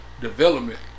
development